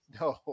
No